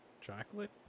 Chocolate